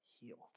healed